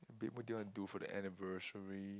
people didn't want to do for their anniversary